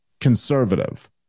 conservative